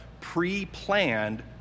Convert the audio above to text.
pre-planned